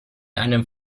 einem